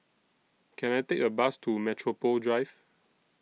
Can I Take A Bus to Metropole Drive